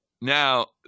Now